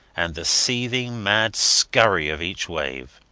and the seething mad scurry of each wave.